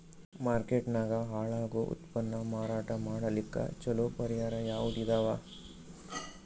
Market ನಾಗ ಹಾಳಾಗೋ ಉತ್ಪನ್ನ ಮಾರಾಟ ಮಾಡಲಿಕ್ಕ ಚಲೋ ಪರಿಹಾರ ಯಾವುದ್ ಇದಾವ?